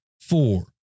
four